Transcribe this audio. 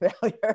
failure